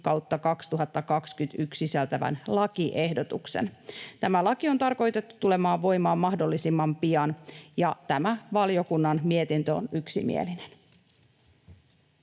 161/2021 sisältyvän lakiehdotuksen. Tämä laki on tarkoitettu tulemaan voimaan mahdollisimman pian, ja tämä valiokunnan mietintö on yksimielinen.